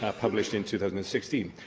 published in two thousand and sixteen.